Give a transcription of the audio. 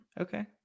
Okay